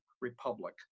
republic